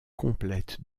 complète